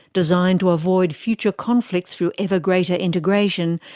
designed to avoid future conflict through ever greater integration,